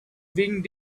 being